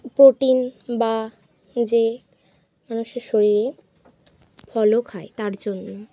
protein বা যে মানুষের শরীরে ফলও খায় তার জন্যও